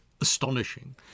astonishing